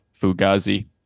fugazi